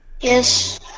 Yes